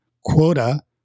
quota